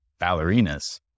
ballerinas